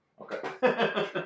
Okay